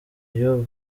iyo